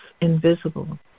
invisible